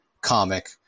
comic